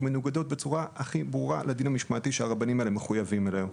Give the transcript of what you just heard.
שמנוגדות בצורה הכי ברורה לדין המשמעתי שהרבנים האלה מחויבים לו.